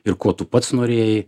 ir ko tu pats norėjai